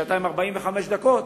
שעתיים ושלושת-רבעי,